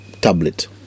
tablet